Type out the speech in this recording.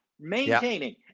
maintaining